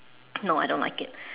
no I don't like it